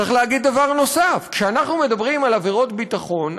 צריך להגיד דבר נוסף: כשאנחנו מדברים על עבירות ביטחון,